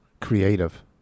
Creative